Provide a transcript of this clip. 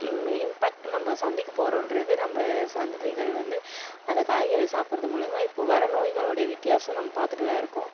impact நம்ம சந்திக்க போகிறோன்றது நம்ம சந்ததிகள் வந்து அந்த காய்கறியை சாப்பிட்றது மூலிமா இப்போ வர நோய்களுடைய வித்யாசம் நம்ம பார்த்துட்டுதான் இருக்கோம்